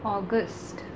August